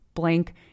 Blank